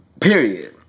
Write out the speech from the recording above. Period